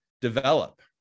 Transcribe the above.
develop